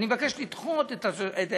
אני מבקש לדחות את התשלום,